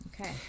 okay